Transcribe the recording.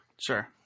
Sure